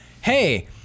hey